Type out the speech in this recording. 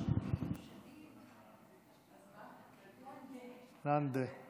לנדֶה.